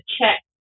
check